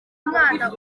mwana